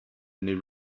new